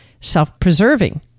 self-preserving